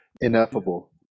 Ineffable